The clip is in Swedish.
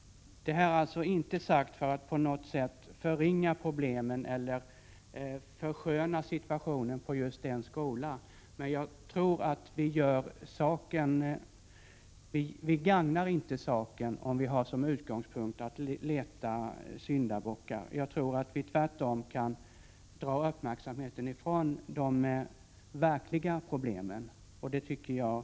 Detta inte sagt för att på något sätt förringa problemen eller försköna situationen på just den skolan, men vi gagnar inte saken om vi tar som utgångspunkt att leta efter syndabockar. Jag tror tvärtom att vi då drar uppmärksamheten från de verkliga problemen, och det vore synd.